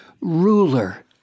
ruler